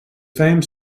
fame